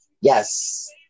Yes